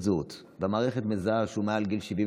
זהות והמערכת מזהה שהוא מעל גיל 70,